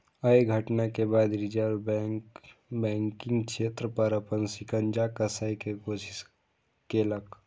अय घटना के बाद रिजर्व बैंक बैंकिंग क्षेत्र पर अपन शिकंजा कसै के कोशिश केलकै